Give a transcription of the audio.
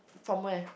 from where